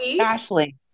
Ashley